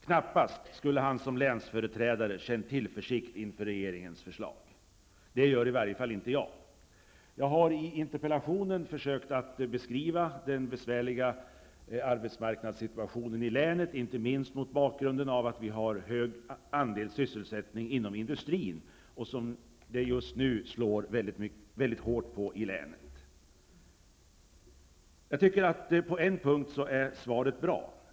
Knappast skulle han som länsföreträdare känt tillförsikt inför regeringens förslag. Det gör i varje fall inte jag! Jag har i interpellationen försökt att beskriva den besvärliga arbetsmarknadssituationen i länet, inte minst mot bakgrunden av att vi har hög andel sysselsättning inom industrin, som det just nu slår väldigt hårt på i länet. På en punkt är svaret bra.